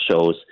shows